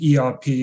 ERP